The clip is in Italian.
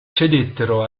cedettero